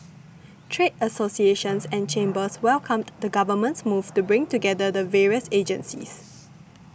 trade associations and chambers welcomed the Government's move to bring together the various agencies